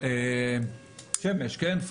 זה לא אמירה מן